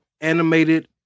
animated